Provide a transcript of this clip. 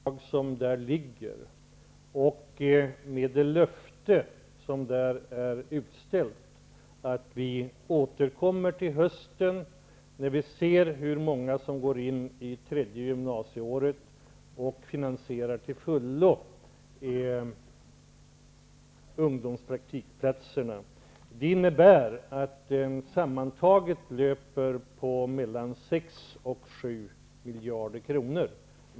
Herr talman! Kompletteringspropositionen, Lars Ove Hagberg, med de förslag som där föreligger och med det löfte som där är utställt -- att vi återkommer till hösten, när vi ser hur många som går in i det tredje gymnasieåret, och finansierar ungdomspraktikplatserna till fullo -- innebär sammantaget mellan 6 och 7 miljarder kronor.